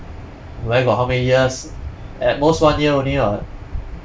where got how many years at most one year only [what]